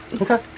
Okay